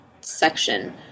section